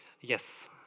Yes